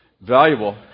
valuable